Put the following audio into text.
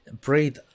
breathe